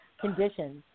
conditions